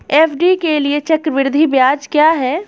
FD के लिए चक्रवृद्धि ब्याज क्या है?